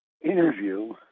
interview